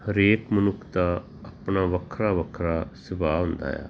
ਹਰੇਕ ਮਨੁੱਖ ਦਾ ਆਪਣਾ ਵੱਖਰਾ ਵੱਖਰਾ ਸੁਭਾਅ ਹੁੰਦਾ ਆ